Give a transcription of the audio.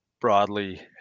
broadly